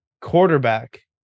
quarterback